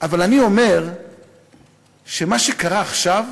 אבל אני אומר שמה שקרה עכשיו